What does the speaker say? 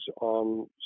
on